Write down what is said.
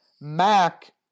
Mac